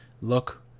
Look